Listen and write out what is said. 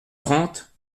trente